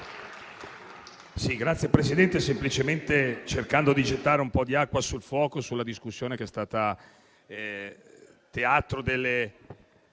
Signor Presidente, vorrei semplicemente cercare di gettare un po' di acqua sul fuoco sulla discussione che è stata teatro delle